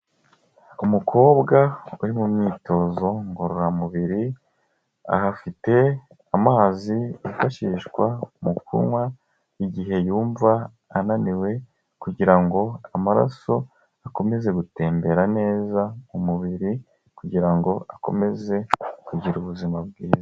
Umukobwa uri mu myitozo ngororamubiri, aho afite amazi yifashishwa mu kunywa igihe yumva ananiwe kugira ngo amaraso akomeze gutembera neza mu mubiri kugira ngo akomeze kugira ubuzima bwiza.